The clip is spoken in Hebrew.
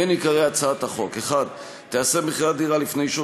בין עיקרי הצעת החוק: 1. תיאסר מכירת דירה לפני אישור